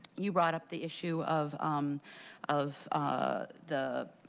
you brought up the issue of um of ah the